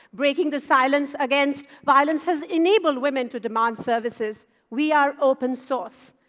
breaking the silence against violence has enabled women to demand services. we are open source.